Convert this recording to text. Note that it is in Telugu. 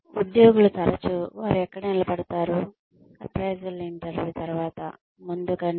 ఉద్యోగులు తరచూ వారు ఎక్కడ నిలబడతారు అప్రైసల్ ఇంటర్వ్యూ తర్వాత ముందు కంటే